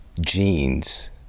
genes